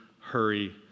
hurry